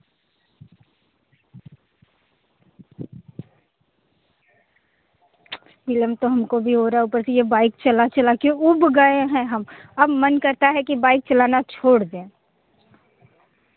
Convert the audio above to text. फिमल तो हमको भी हो रहा है ऊपर से यह बाइक चला चला कर ऊब गए हैं हम अब मन करता है कि बाइक चलाना छोड़ दें